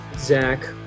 Zach